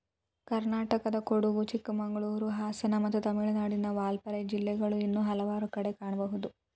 ಕರ್ನಾಟಕದಕೊಡಗು, ಚಿಕ್ಕಮಗಳೂರು, ಹಾಸನ ಮತ್ತು ತಮಿಳುನಾಡಿನ ವಾಲ್ಪಾರೈ ಜಿಲ್ಲೆಗಳು ಇನ್ನೂ ಹಲವಾರು ಕಡೆ ಕಾಣಬಹುದು